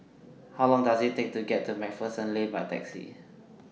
How Long Does IT Take to get to MacPherson Lane By Taxi